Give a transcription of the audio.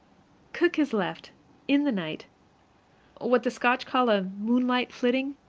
cook has left in the night what the scotch call a moonlight flitting.